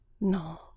No